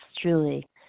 truly